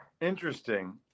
Interesting